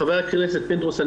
ח"כ פינדרוס,